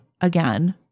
again